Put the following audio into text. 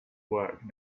work